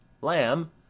Lamb